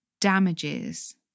damages